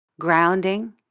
grounding